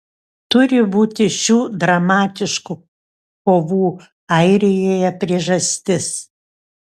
turi būti šių dramatiškų kovų airijoje priežastis